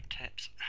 tips